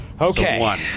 Okay